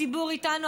הציבור איתנו,